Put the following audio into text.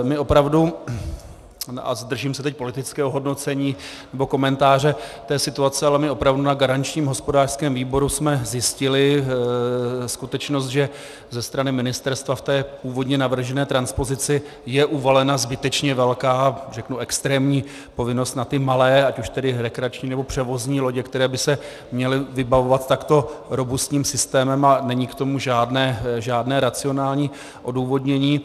My opravdu, a zdržím se teď politického hodnocení nebo komentáře té situace, ale my opravdu na garančním hospodářském výboru jsme zjistili skutečnost, že ze strany ministerstva v té původní navržené transpozici je uvalena zbytečně velká, řeknu extrémní povinnost na ty malé, ať už tedy rekreační, nebo převozní lodě, které by se měly vybavovat takto robustním systémem, a není k tomu žádné racionální odůvodnění.